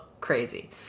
crazy